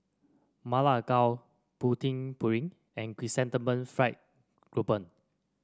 Ma Lai Gao Putu Piring and Chrysanthemum Fried Grouper